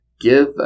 give